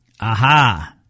Aha